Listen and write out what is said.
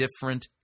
Different